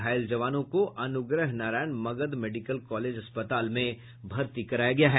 घायल जवानों को अनुग्रह नारायण मगध मेडिकल कॉलेज अस्पताल में भर्ती कराया गया है